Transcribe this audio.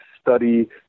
study